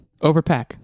Overpack